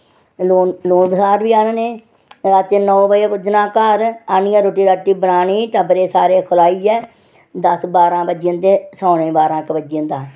ते लून बसार बी आह्नने ते रातीं नौ बजे पुज्जना घर आह्नियै रुट्टी बनानी ते टब्बरै गी खलानी ते सौने गी बारां इक्क बज्जी जंदा हा